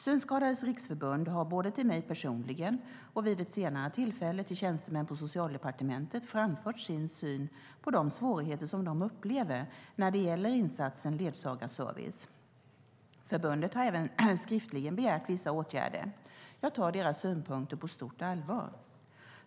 Synskadades Riksförbund har både till mig personligen och, vid ett senare tillfälle, till tjänstemän på Socialdepartementet framfört sin syn på de svårigheter som de upplever när det gäller insatsen ledsagarservice. Förbundet har även skriftligen begärt vissa åtgärder. Jag tar deras synpunkter på stort allvar.